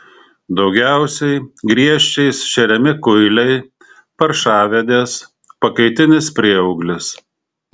daugiausiai griežčiais šeriami kuiliai paršavedės pakaitinis prieauglis